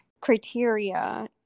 criteria